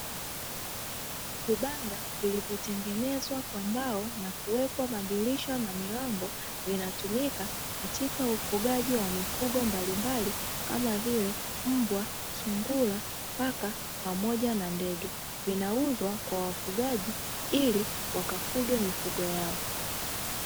Vibanda vilivyotengenezwa kwa mbao na kuwekwa madirisha na milango, vinatumika katika ufugaji wa mifugo mbalimbali, kama vile: mbwa, sungura, paka, pamoja na ndege. Vinauzwa kwa wafugaji ili wakafuge mifugo yao.